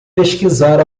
pesquisar